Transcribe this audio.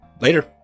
Later